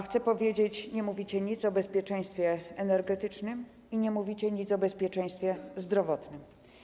Chcę powiedzieć: nie mówicie nic o bezpieczeństwie energetycznym i nie mówicie nic o bezpieczeństwie zdrowotnym.